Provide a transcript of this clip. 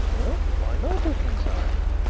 well, why not look inside?